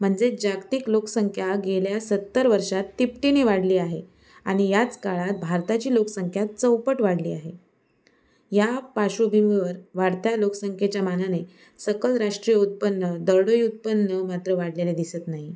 म्हणजे जागतिक लोकसंख्या गेल्या सत्तर वर्षात तिपटीने वाढली आहे आणि याच काळात भारताची लोकसंख्या चौपट वाढली आहे या पार्श्वभूमीवर वाढत्या लोकसंख्येच्या मानाने सकल राष्ट्रीय उत्पन्न दरडोई उत्पन्न मात्र वाढलेले दिसत नाही